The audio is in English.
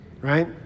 right